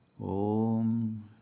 Om